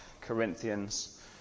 Corinthians